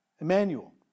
Emmanuel